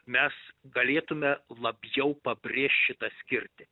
mes galėtume labiau pabrėžt šitą skirtį